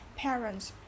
parents